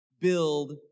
build